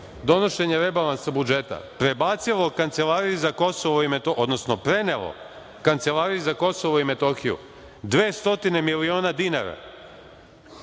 donošenja rebalansa budžeta prenelo Kancelariji za Kosovo i Metohiju 200 miliona dinara